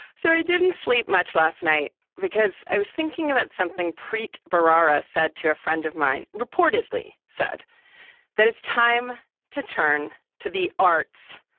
sorry you didn't sleep much last night because i was thinking about something preet bharara said to a friend of mine reportedly said that it's time to turn to the arts.